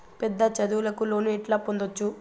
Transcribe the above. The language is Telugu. పెద్ద చదువులకు లోను ఎట్లా పొందొచ్చు